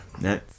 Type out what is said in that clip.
no